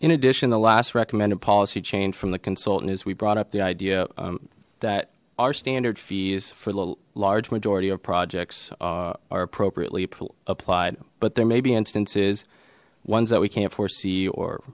in addition the last recommended policy change from the consultant is we brought up the idea that our standard fees for the large majority of projects are appropriately applied but there may be instances ones that we can't foresee or